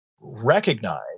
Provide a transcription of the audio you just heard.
recognize